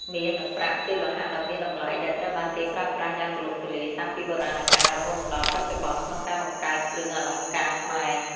មាស និងប្រាក់ ជាលោហៈដ៏មានតម្លៃដែលត្រូវបានគេប្រើប្រាស់យ៉ាងទូលំទូលាយតាំងពីបុរាណកាល រហូតមកដល់បច្ចុប្បន្ន ក្នុងការបង្កើតគ្រឿងអលង្ការខ្មែរ។